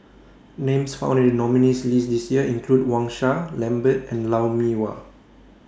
Names found in The nominees' list This Year include Wang Sha Lambert and Lou Mee Wah